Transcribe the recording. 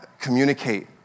communicate